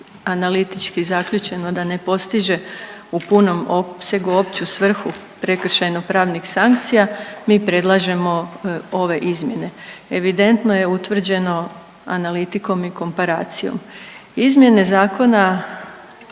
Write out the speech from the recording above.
analitički zaključeno da ne postiže u punom opsegu opću svrhu prekršajno-pravnih sankcija, mi predlažemo ove izmjene. Evidentno je utvrđeno analitikom i komparacijom. Izmjene zakona